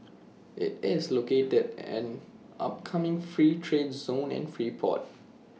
IT is located an upcoming free trade zone and free port